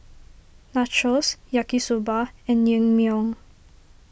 Nachos Yaki Soba and Naengmyeon